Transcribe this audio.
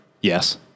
Yes